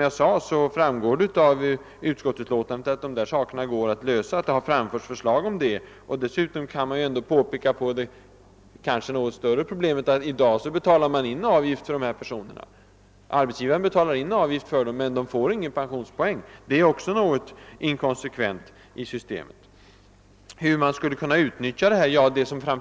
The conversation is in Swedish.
jag sade framgår det av utlåtandet att dessa saker går att lösa och att det framförts förslag därom. Dessutom kan man peka på det kanske något större problemet: i dag betalar arbetsgivaren in avgift för dessa personer men de får inga pensionspoäng. Det är också något inkonsekvent i systemet. Hur skulle då dessa pensionspoäng kunna utnyttjas?